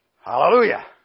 Hallelujah